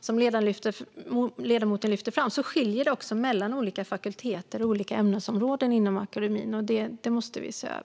Som ledamoten lyfter fram skiljer det sig också mellan flera olika fakulteter och ämnesområden inom akademin, och detta måste vi se över.